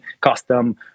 custom